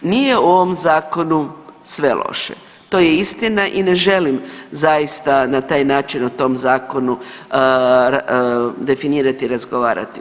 Nije u ovom zakonu sve loše to je istina i ne želim zaista na taj način o tom zakonu definirati, razgovarati.